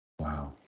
wow